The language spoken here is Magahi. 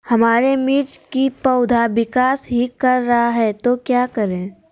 हमारे मिर्च कि पौधा विकास ही कर रहा है तो क्या करे?